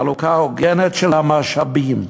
חלוקה הוגנת של המשאבים.